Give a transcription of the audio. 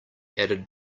added